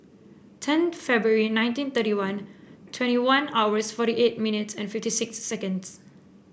ten February nineteen thirty one twenty one hours forty eight minutes and fifty six seconds